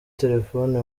telefoni